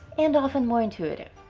and often more intuitive.